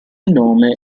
nome